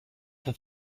pour